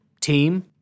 team